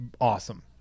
awesome